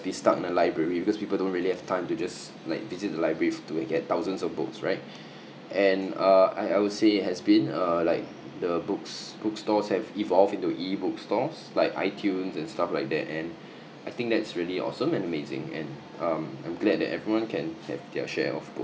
be stuck in the library because people don't really have time to just like visit the library to get thousands of books right and uh I will say has been uh like the books bookstores have evolved into e bookstores like itunes and stuff like that and I think that's really awesome and amazing and um I'm glad the everyone can have their share of books